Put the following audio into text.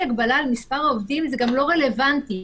הגבלה על מספר העובדים זה גם לא רלוונטי.